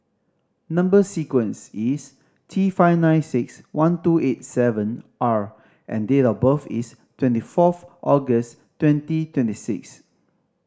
number sequence is T five nine six one two eight seven R and date of birth is twenty fourth August twenty twenty six